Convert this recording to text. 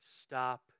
stop